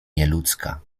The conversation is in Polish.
nieludzka